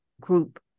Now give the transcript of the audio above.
group